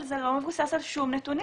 אבל זה לא מבוסס על שום נתונים,